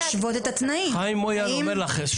חיים מויאל אומר לך,